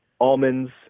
almonds